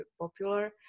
popular